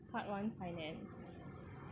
part one finance